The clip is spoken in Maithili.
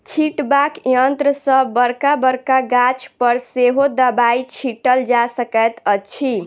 छिटबाक यंत्र सॅ बड़का बड़का गाछ पर सेहो दबाई छिटल जा सकैत अछि